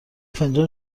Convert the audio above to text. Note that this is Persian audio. فنجان